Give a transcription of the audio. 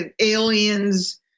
aliens